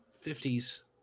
fifties